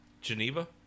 geneva